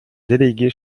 déléguée